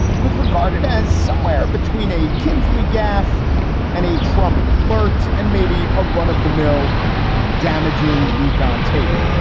it was regarded as somewhere between a kinsley gaffe and a trump blurt and maybe a run of the mill damaging leak on tape.